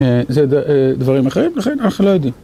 זה דברים אחרים, לכן אחלה די.